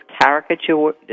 caricature